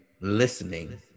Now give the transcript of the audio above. listening